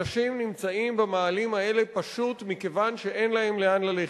אנשים נמצאים במאהלים האלה פשוט מכיוון שאין להם לאן ללכת.